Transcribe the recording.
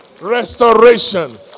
Restoration